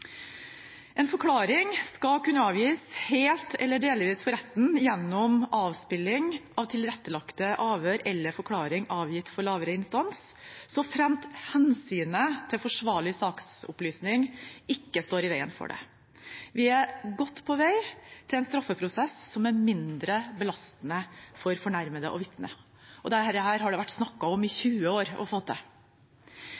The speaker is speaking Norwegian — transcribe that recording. En forklaring skal kunne avgis helt eller delvis for retten gjennom avspilling av tilrettelagte avhør eller forklaring avgitt for lavere instans såfremt hensynet til forsvarlig saksopplysning ikke står i veien for det. Vi er godt på vei til en straffeprosess som er mindre belastende for fornærmede og vitner. Dette har det vært snakket om å få til i